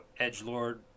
edgelord